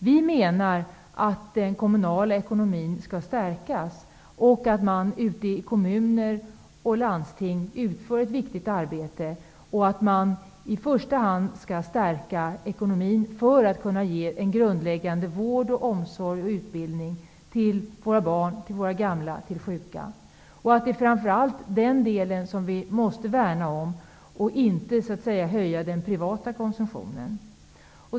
Vi menar att den kommunala ekonomin skall stärkas och att kommuner och landsting utför ett viktigt arbete. Ekonomin skall i första hand stärkas för att ge kommunerna möjlighet att ge en grundläggande vård, omsorg och utbildning till våra barn, gamla och sjuka. Vi måste framför allt värna om denna del och inte så att säga höja den privata konsumtionen.